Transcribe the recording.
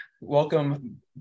welcome